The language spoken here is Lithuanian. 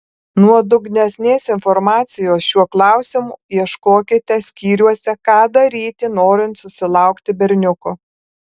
nuodugnesnės informacijos šiuo klausimu ieškokite skyriuose ką daryti norint susilaukti berniuko